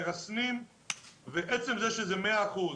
מרסנים ועצם זה שזה 100 אחוזים